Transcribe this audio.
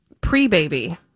pre-baby